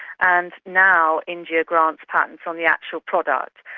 and now india grants patents on the actual product.